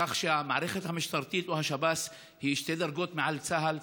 המערכת המשטרתית או השב"ס היא שתי דרגות מעל צה"ל?